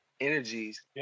energies